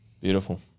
Beautiful